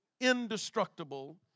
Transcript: indestructible